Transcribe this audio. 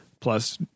plus